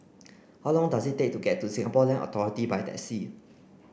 how long does it take to get to Singapore Land Authority by taxi